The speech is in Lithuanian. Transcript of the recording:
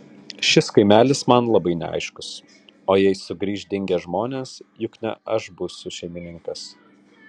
šis kaimelis man labai neaiškus o jei sugrįš dingę žmonės juk ne aš būsiu šeimininkas